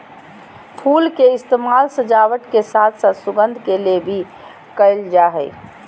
फुल के इस्तेमाल सजावट के साथ साथ सुगंध के लिए भी कयल जा हइ